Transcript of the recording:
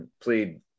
plead